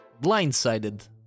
blindsided